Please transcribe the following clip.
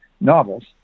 novels